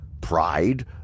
pride